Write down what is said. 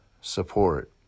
support